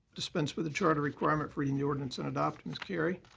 dispense with the charter requirement for reading the ordinance and adopt. ms. carry.